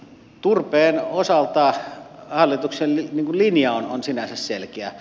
turpeen osalta hallituksen linja on sinänsä selkeä